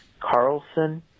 Carlson